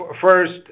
first